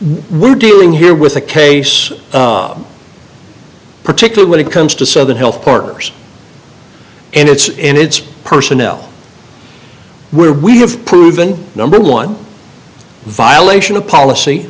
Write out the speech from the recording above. we're dealing here with a case particularly when it comes to southern health partners and its in its personnel where we have proven number one violation of policy